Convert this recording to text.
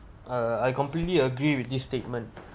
uh I completely agree with this statement